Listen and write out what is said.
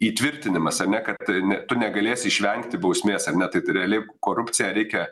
įtvirtinimas ar ne kad tu negalėsi išvengti bausmės ar ne tai realiai korupciją reikia